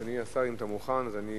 אדוני השר, אם אתה מוכן, אני